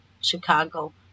Chicago